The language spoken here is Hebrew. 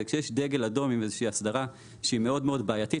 שכשיש דגל אדום עם איזושהי אסדרה שהיא מאוד בעייתית,